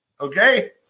okay